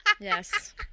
Yes